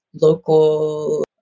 local